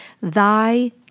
thy